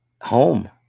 home